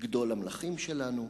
גדול המלכים שלנו,